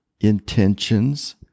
intentions